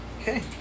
Okay